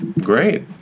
Great